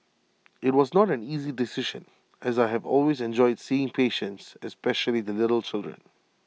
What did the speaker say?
IT was not an easy decision as I have always enjoyed seeing patients especially the little children